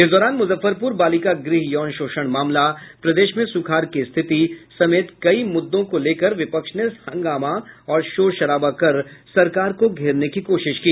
इस दौरान मुजफ्फरपुर बालिका गृह यौन शोषण मामला प्रदेश में सुखाड़ की स्थिति समेत कई मुद्दों को लेकर विपक्ष ने हंगामा और शोर शराबा कर सरकार को घेरने की कोशिश की